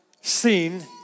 seen